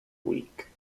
week